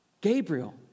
Gabriel